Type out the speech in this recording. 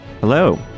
Hello